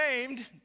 named